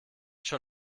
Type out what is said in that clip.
schon